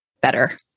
better